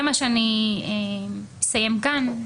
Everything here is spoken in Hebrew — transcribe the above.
אני אסיים כאן.